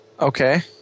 Okay